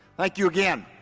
like you again,